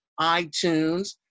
iTunes